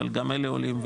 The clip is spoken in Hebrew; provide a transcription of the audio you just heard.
אבל גם אלה עולים,